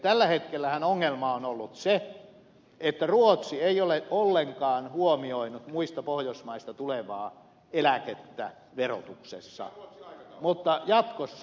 tällä hetkellähän ongelma on ollut se että ruotsi ei ole ollenkaan huomioinut muista pohjoismaista tulevaa eläkettä verotuksessa mutta jatkossa